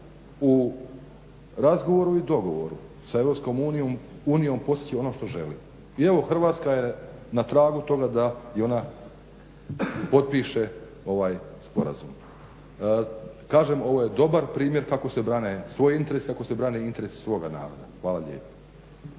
u razgovoru i dogovoru sa EU postići ono što želi. I evo Hrvatska je na tragu toga da i ona potpiše ovaj sporazum. Kažem, ovo je dobar primjer kako se brane svoji interesi, kako se brane interesi svoga naroda. Hvala lijepo.